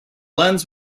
lens